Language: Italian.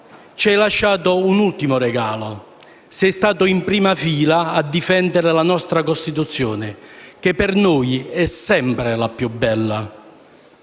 ci hai lasciato un ultimo regalo: sei stato in prima fila a difendere la nostra Costituzione, che per noi è sempre la più bella.